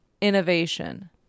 innovation